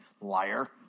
liar